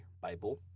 Bible